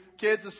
Kids